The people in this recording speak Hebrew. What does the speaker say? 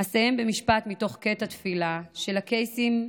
אסיים במשפט מתוך קטע התפילה של הקייסים,